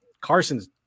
Carson's